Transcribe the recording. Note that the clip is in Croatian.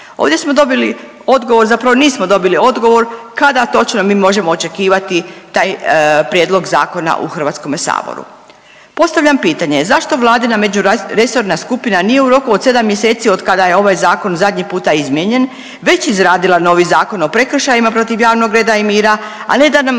Ovdje smo dobili odgovor, zapravo nismo dobili odgovor kada točno mi možemo očekivati taj prijedlog zakona u HS-u. Postavljam pitanje, zašto Vladina međuresorna skupina nije u roku od 7 mjeseci od kada je ovaj Zakon zadnji puta izmijenjen već izradila novi Zakon o prekršajima protiv javnog reda i mira, a ne da nam